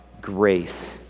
grace